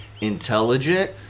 intelligent